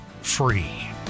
free